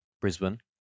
Brisbane